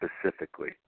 specifically